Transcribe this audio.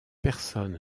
personne